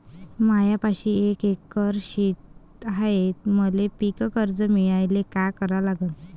मायापाशी एक एकर शेत हाये, मले पीककर्ज मिळायले काय करावं लागन?